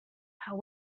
how